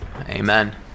amen